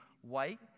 white